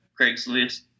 Craigslist